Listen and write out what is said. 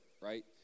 right